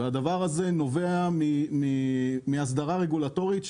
והדבר הזה נובע מהסדרה רגולטורית,